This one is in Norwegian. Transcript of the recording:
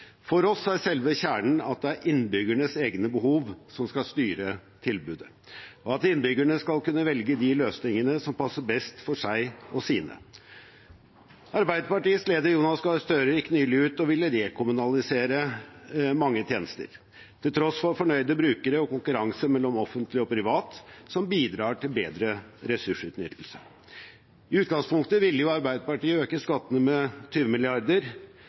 For oss er selve kjernen at det er innbyggernes egne behov som skal styre tilbudet, og at innbyggerne skal kunne velge de løsningene som passer best for seg og sine. Arbeiderpartiets leder, Jonas Gahr Støre, gikk nylig ut og ville rekommunalisere mange tjenester, til tross for fornøyde brukere og konkurranse mellom offentlig og privat, som bidrar til bedre ressursutnyttelse. I utgangspunktet ville Arbeiderpartiet øke skattene med 20